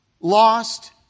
lost